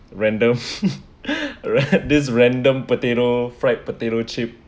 random right this random potato fried potato chip